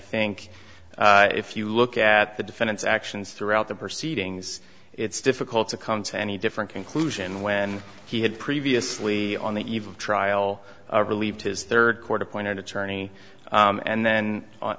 think if you look at the defendant's actions throughout the proceedings it's difficult to come to any different conclusion when he had previously on the eve of trial relieved his third court appointed attorney and then